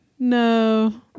No